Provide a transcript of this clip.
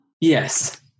Yes